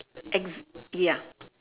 exa~ ya